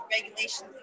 regulations